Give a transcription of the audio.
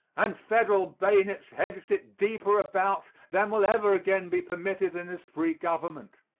and federal bayonets hedged it deeper about than will ever again be permitted in this free government.